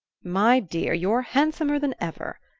my dear, you're handsomer than ever!